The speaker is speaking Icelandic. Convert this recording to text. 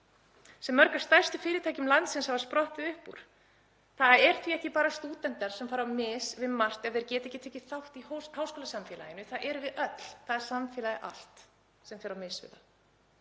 sem mörg af stærstu fyrirtækjum landsins hafa sprottið upp úr. Það eru því ekki bara stúdentar sem fara á mis við margt ef þeir geta ekki tekið þátt í háskólasamfélaginu, það erum við öll, það er samfélagið allt. En ekki bara það